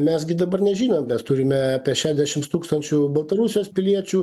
mes gi dabar nežinom mes turime apie šešdešims tūkstančių baltarusijos piliečių